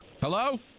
Hello